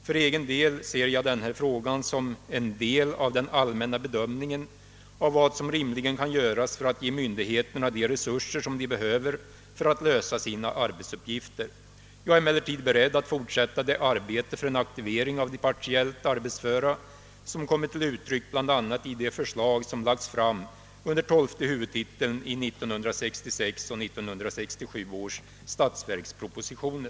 För egen del ser jag den här frågan som en del av den allmänna bedömningen av vad som rimligen kan göras för att ge myndigheterna de resurser som de behöver för att lösa sina arbetsuppgifter. Jag är emellertid beredd att fortsätta det arbete för en aktivering av de partiellt arbetsföra, som kommit till uttryck bl.a. i de förslag som lagts fram under tolfte huvudtiteln i 1966 och 1967 års statsverkspropositioner.